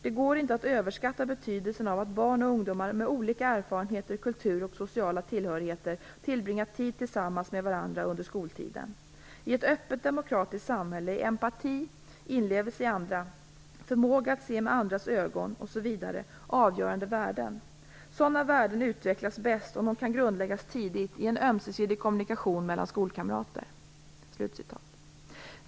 Det går inte att överskatta betydelsen av att barn och ungdomar med olika erfarenheter, kulturer och sociala tillhörigheter tillbringar tid tillsammans med varandra under skoltiden. I ett öppet demokratiskt samhälle är empati, inlevelse i andra, förmåga att se med andras ögon osv. avgörande värden. Sådana värden utvecklas bäst om de kan grundläggas tidigt i en ömsesidig kommunikation mellan skolkamrater."